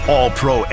All-Pro